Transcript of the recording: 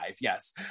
yes